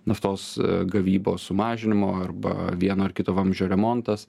naftos gavybos sumažinimo arba vieno ar kito vamzdžio remontas